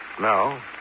No